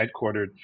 headquartered